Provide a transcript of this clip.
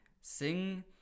Sing